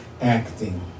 Acting